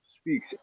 speaks